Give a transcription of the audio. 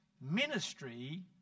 ministry